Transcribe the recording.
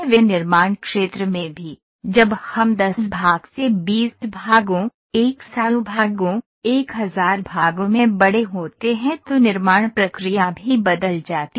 विनिर्माण क्षेत्र में भी जब हम 10 भाग से 20 भागों 100 भागों 1000 भागों में बड़े होते हैं तो निर्माण प्रक्रिया भी बदल जाती है